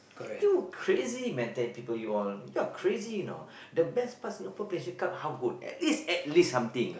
you crazy mental people you all you are crazy you know the best past Singapore players you come how good at least at least something